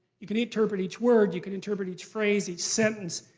you can interpret each word, you can interpret each phrase, each sentence,